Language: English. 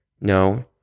No